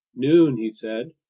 noon, he said.